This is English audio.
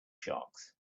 sharks